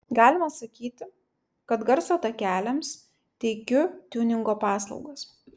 galima sakyti kad garso takeliams teikiu tiuningo paslaugas